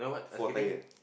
four tire